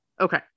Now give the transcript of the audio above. Okay